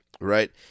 Right